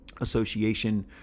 Association